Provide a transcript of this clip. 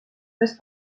tres